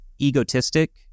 egotistic